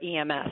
EMS